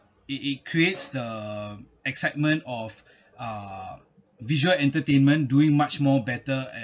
it it creates the excitement of uh visual entertainment doing much more better at